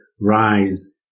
Rise